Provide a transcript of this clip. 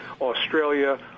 Australia